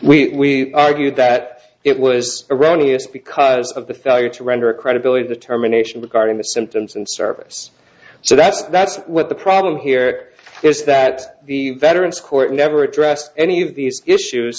term we argued that it was erroneous because of the failure to render a credibility determination regarding the symptoms and service so that's that's what the problem here is that the veterans court never addressed any of these issues